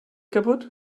kaputt